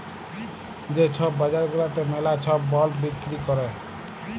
যে ছব বাজার গুলাতে ম্যালা ছব বল্ড বিক্কিরি ক্যরে